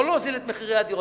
לא להוזיל את מחירי הדירות,